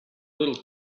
little